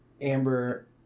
amber